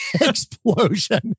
explosion